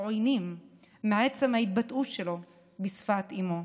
עוינים מעצם ההתבטאות שלו בשפת אימו.